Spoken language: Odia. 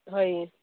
ହଏ